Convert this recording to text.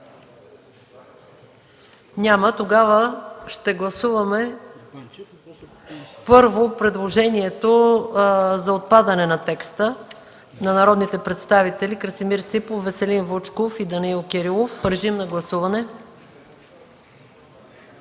Няма. Тогава ще гласуваме, първо, предложението за отпадане на текста на народните представители Красимир Ципов, Веселин Вучков и Данаил Кирилов. Гласували